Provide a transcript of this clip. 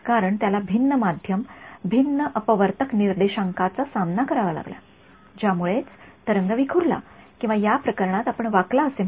कारण त्याला भिन्न माध्यम भिन्न अपवर्तक निर्देशांकाचा सामना करावा लागला ज्यामुळेच तरंग विखुरला किंवा या प्रकरणात आपण वाकला असे म्हणू